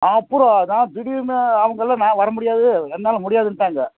அப்புறம் அதான் திடீர்ன்னு அவங்களாம் நான் வரமுடியாது என்னால் முடியாதுண்டாங்க